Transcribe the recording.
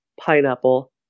pineapple